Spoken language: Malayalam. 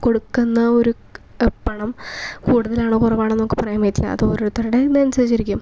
കൊടുക്കുന്ന അവർക്ക് പണം കൂടുതലാണോ കുറവാണോ എന്നൊക്കെ പറയാൻ പറ്റില്ല അത് ഓരോത്തരുടെ ഇതിനനുസരിച്ചിരിക്കും